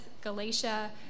Galatia